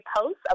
posts